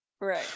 right